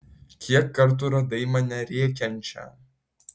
kiek kartų radai mane rėkiančią